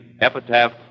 Epitaph